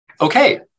Okay